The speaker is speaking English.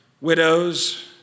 widows